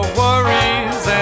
worries